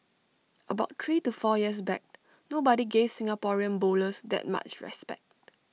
about three to four years back nobody gave Singaporean bowlers that much respect